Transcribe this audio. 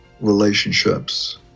relationships